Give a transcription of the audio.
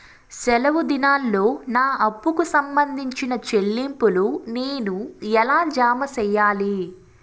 సెలవు దినాల్లో నా అప్పుకి సంబంధించిన చెల్లింపులు నేను ఎలా జామ సెయ్యాలి?